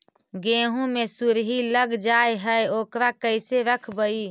गेहू मे सुरही लग जाय है ओकरा कैसे रखबइ?